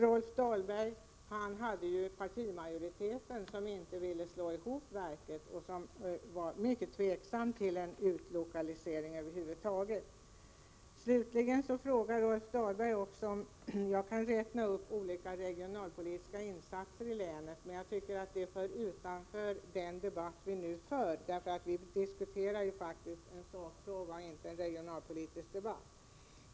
Rolf Dahlberg företrädde ju en partimajoritet, som inte ville slå ihop verken och var mycket tveksam till en utlokalisering över huvud taget. Slutligen ber Rolf Dahlberg mig att räkna upp olika regionalpolitiska insatser i länet. Men jag tycker inte att det tillhör den debatt vi nu för, ty vi diskuterar faktiskt en sakfråga, inte regionalpolitiska insatser.